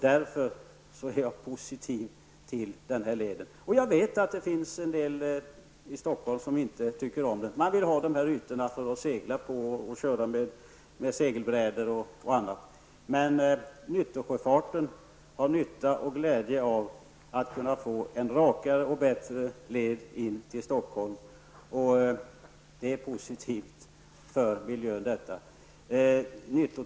Därför är jag positiv till denna led. Jag vet att somliga i Stockholm inte tycker om den. De vill ha dessa ytor att segla på, med segelbrädor och annat. Men nyttosjöfarten har både behov och glädje av att få en rakare och bättre led intill Stockholm. Det är också positivt för miljön.